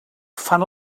fan